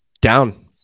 Down